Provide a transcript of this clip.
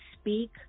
speak